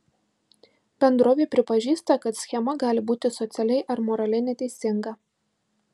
bendrovė pripažįsta kad schema gali būti socialiai ar moraliai neteisinga